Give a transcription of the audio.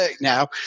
now